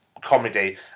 comedy